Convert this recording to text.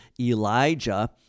Elijah